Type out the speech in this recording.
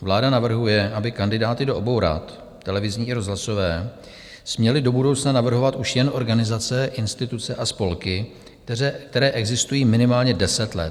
Vláda navrhuje, aby kandidáty do obou rad, televizní i rozhlasové, směly do budoucna navrhovat už jen organizace, instituce a spolky, které existují minimálně deset let.